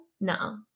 No